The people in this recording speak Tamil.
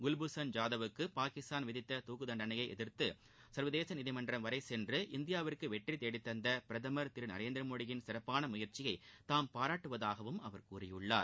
குல்பூஷண் ஜாதவுக்கு பாகிஸ்தான் விதித்த தூக்கு தண்டணையை எதிர்த்து சர்வதேச நீதிமன்றம் வரை சென்று இந்தியாவுக்கு வெற்றி தேடி தந்த பிரதமர் திரு நரேந்திரமோடியின் சிறப்பான முயற்சியை தாம் பாராட்டுவதாகவும் அவர் கூறியுள்ளார்